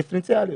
דיפרנציאליוּת,